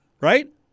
right